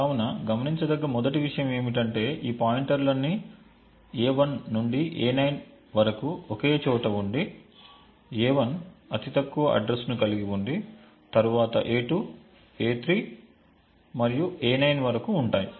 కాబట్టి గమనించదగ్గ మొదటి విషయం ఏమిటంటే ఈ పాయింటర్లన్నీ a1 నుండి a9 వరకు ఒకేచోట వుండి a1 అతి తక్కువ అడ్రస్ ను కలిగి వుండి తరువాత a2 a3 మరియు a9 వరకు ఉంటాయి